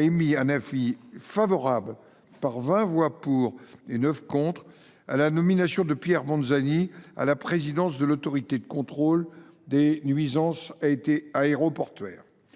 émis un avis favorable, par vingt voix pour et neuf contre, à la nomination de Pierre Monzani à la présidence de l’Autorité de contrôle des nuisances aéroportuaires.